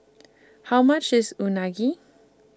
How much IS Unagi